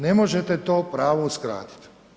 Ne možete to pravo uskratiti.